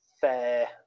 fair